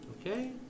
Okay